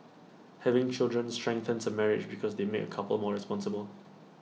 having children strengthens A marriage because they make couples more responsible